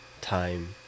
time